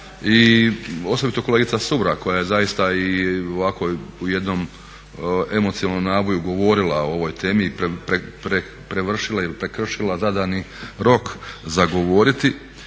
i osobito kolegica Sumrak koja je zaista ovako u jednom emocionalnom naboju govorila o ovoj temi i prevršila ili prekršila zadani rok za govoriti